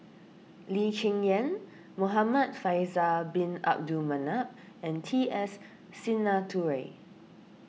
Lee Cheng Yan Muhamad Faisal Bin Abdul Manap and T S Sinnathuray